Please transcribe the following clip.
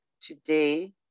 today